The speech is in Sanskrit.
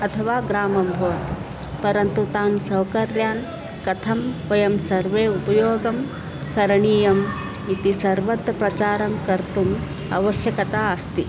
अथवा ग्रामं भवतु परन्तु तान् सौकर्यान् कथं वयं सर्वे उपयोगं करणीयम् इति सर्वत्र प्रचारं कर्तुम् आवश्यकता अस्ति